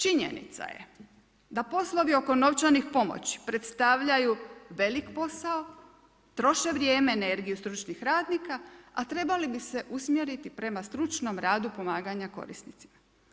Činjenica je da poslovi oko novčanih pomoći, predstavljaju velik posao, troše vrijeme i energiju stručnih radnika, a trebali bi se usmjeriti prema stručnom radu pomaganja korisnika.